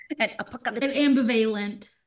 ambivalent